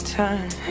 time